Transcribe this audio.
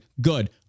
good